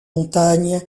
montagne